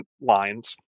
lines